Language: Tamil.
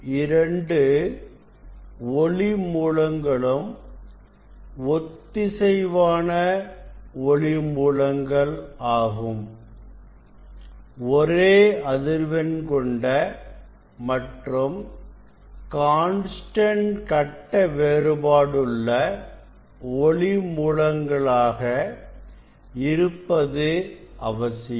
இரண்டு ஒளி மூலங்களும் ஒத்திசைவான ஒளி மூலங்கள் ஆகும் ஒரே அதிர்வெண் கொண்ட மற்றும் கான்ஸ்டன்ட் கட்ட வேறுபாடுள்ள ஒளி மூலங்களாக இருப்பது அவசியம்